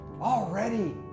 already